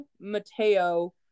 Mateo